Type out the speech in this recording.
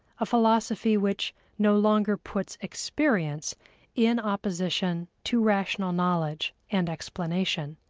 a philosophy which no longer puts experience in opposition to rational knowledge and explanation.